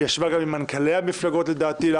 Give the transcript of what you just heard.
היא נפגשה גם עם מנכ"לי המפלגות לאחרונה.